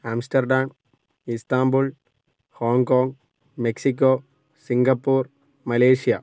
Amsterdam Istanbul Hong Kong Mexico Singapore Malaysia